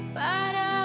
Para